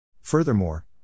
Furthermore